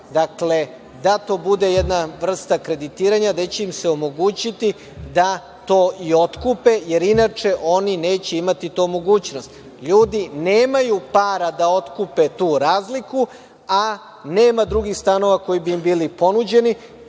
dakle, da to bude jedna vrsta kreditiranja, gde će im se omogućiti da to i otkupe, jer inače oni neće imati tu mogućnost. LJudi nemaju para da otkupe tu razliku, a nema drugih stanova koji bi im bili ponuđeni. Na